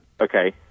Okay